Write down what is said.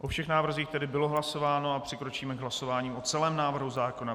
O všech návrzích tedy bylo hlasováno a přikročíme k hlasování o celém návrhu zákona.